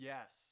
Yes